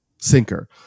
sinker